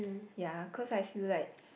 ya cause I feel like